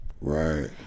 Right